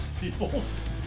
people's